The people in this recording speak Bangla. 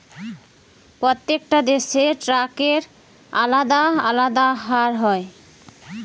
প্রত্যেকটা দেশে ট্যাক্সের আলদা আলদা হার হয়